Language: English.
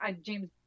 James